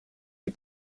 die